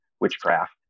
witchcraft